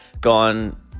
gone